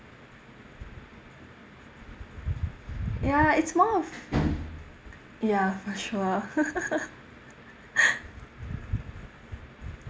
ya it's more of ya for sure